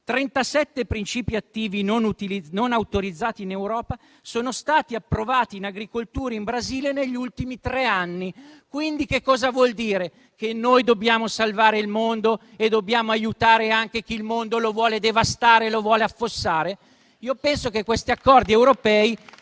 37 principi attivi non autorizzati in Europa sono stati approvati in agricoltura in Brasile negli ultimi tre anni. Ciò vuol dire che noi dobbiamo salvare il mondo e dobbiamo aiutare anche chi il mondo lo vuole devastare e affossare? Penso che questi accordi europei